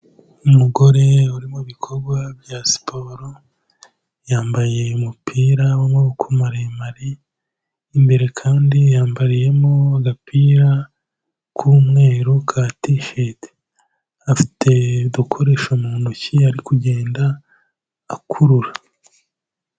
Umugore uri mu bikorwa bya siporo yambaye umupira w'amaboko maremare, imbere kandi yambariyemo agapira k'umweru ka tisheti, afite udukoresho mu ntoki ari kugenda akurura.